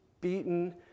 beaten